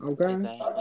Okay